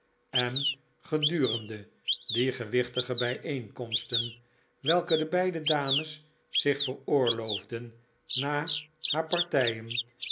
en gedurende die gewichtige bijeenkomsten welke de beide dames zich veroorloofden na haar partijen